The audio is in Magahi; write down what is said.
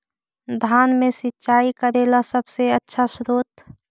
धान मे सिंचाई करे ला सबसे आछा स्त्रोत्र?